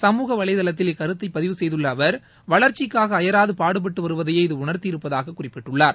சமூக வலைதளத்தில் இக்கருத்தை பதிவு செய்துள்ள அவர் வளர்ச்சிக்காக அயராது பாடுபட்டு வருவதையே இது உணர்த்தியிருப்பதாக குறிப்பிட்டுள்ளார்